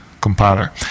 compiler